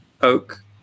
oak